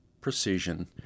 precision